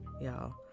y'all